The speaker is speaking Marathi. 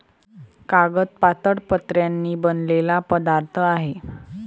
कागद पातळ पत्र्यांनी बनलेला पदार्थ आहे